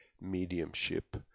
mediumship